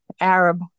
Arab